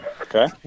Okay